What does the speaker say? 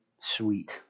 sweet